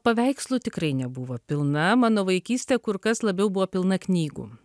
paveikslų tikrai nebuvo pilna mano vaikystė kur kas labiau buvo pilna knygų